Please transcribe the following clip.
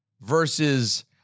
versus